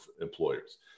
employers